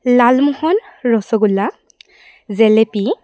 Lalmohan rasgulla jalebi